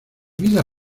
vida